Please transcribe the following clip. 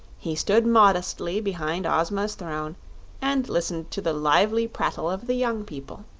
he stood modestly behind ozma's throne and listened to the lively prattle of the young people.